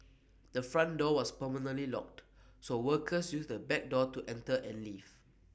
the front door was permanently locked so workers used the back door to enter and leave